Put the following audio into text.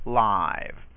live